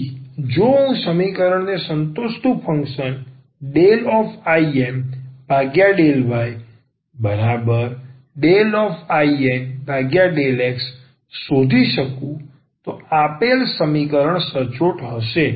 તેથી જો હું આ સમીકરણને સંતોષતું ફંક્શન IM∂yIN∂x શોધી શકું તો આપેલું સમીકરણ સચોટ હશે